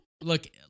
Look